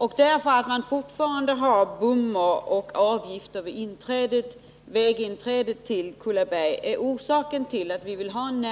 Att man för det här området fortfarande har bommar och inträdesavgifter är orsaken till att vi vill att en